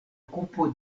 okupo